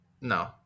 No